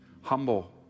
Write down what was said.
humble